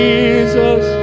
Jesus